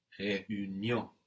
réunion